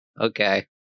okay